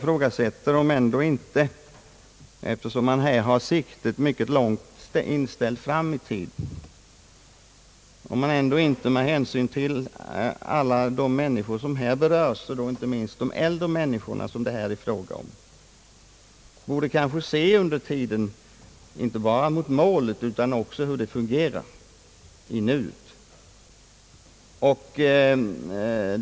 Men eftersom man här har siktet inställt mycket långt fram i tiden ifrågasätter jag om man ändå inte med hänsyn till alla de människor som här berörs — inte minst de äldre människor som det är fråga om — borde se inte bara mot målet utan också hur det hela fungerar under tiden och i nuet.